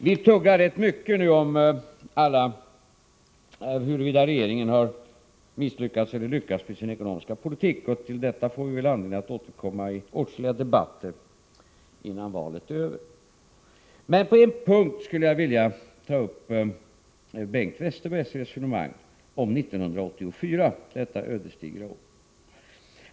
Vi tuggar nu rätt mycket om huruvida regeringen har misslyckats eller lyckats med sin ekonomiska politik, och till detta får vi väl anledning att återkomma i åtskilliga debatter innan valet är över. Men på en punkt skulle jag vilja ta upp Bengt Westerbergs resonemang om 1984, detta ödesdigra år.